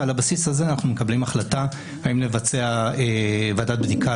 ועל הבסיס הזה אנחנו מקבלים החלטה האם לבצע ועדת בדיקה